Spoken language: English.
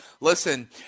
Listen